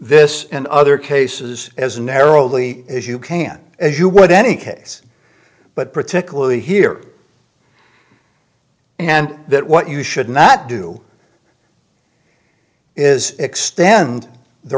this in other cases as narrowly as you can as you would any case but particularly here and that what you should not do is extend the